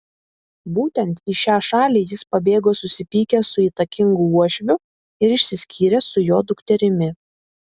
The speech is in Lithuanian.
būtent į šią šalį jis pabėgo susipykęs su įtakingu uošviu ir išsiskyręs su jo dukterimi